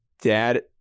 dad